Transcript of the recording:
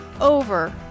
over